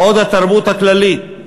בעוד התרבות הכללית,